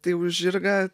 tai už žirgą